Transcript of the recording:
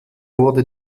wurde